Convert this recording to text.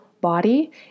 body